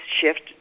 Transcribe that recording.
shift